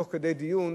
תוך כדי דיון,